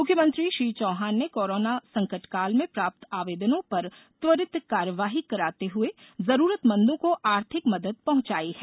मुख्यमंत्री श्री चौहान ने कोरोना संकटकाल में प्राप्त आवेदनों पर त्वरित कार्यवाही कराते हुए जरूरतमंदों को आर्थिक मदद पहुँचाई है